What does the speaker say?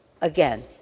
again